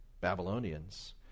Babylonians